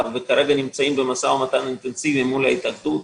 וכרגע נמצאים במשא ומתן אינטנסיבי מול ההתאחדות,